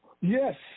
Yes